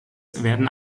werden